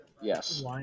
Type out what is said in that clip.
Yes